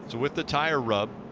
with the tire rub,